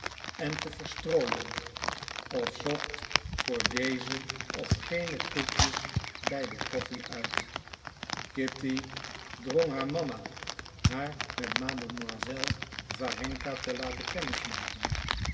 en te verstrooien of zocht voor dezen of genen koekjes bij de koffie uit kitty drong haar mama haar met mademoiselle warenka te laten